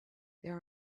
there